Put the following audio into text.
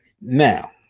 Now